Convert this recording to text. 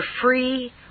free